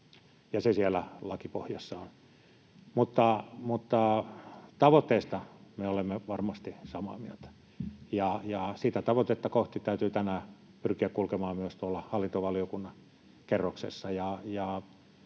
ne siellä lakipohjassa ovat. Tavoitteesta me olemme varmasti samaa mieltä, ja sitä tavoitetta kohti täytyy tänään pyrkiä kulkemaan myös tuolla hallintovaliokunnan kerroksessa.